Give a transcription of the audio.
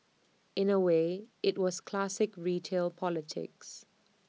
in A way IT was classic retail politics